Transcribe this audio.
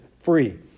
free